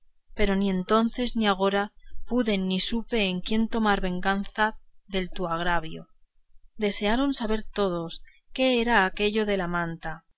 pero ni entonces ni agora pude ni vi en quién tomar venganza de tu agravio desearon saber todos qué era aquello de la manta